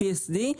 PSD,